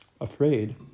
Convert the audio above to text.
afraid